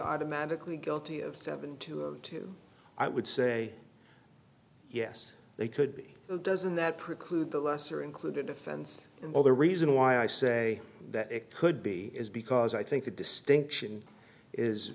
automatically guilty of seven to two i would say yes they could be so doesn't that preclude the lesser included offense and the reason why i say that it could be is because i think the distinction is